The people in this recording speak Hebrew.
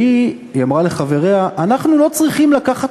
היא אמרה לחבריה: אנחנו לא צריכים לקחת